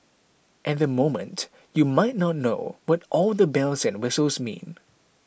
at the moment you might not know what all the bells and whistles mean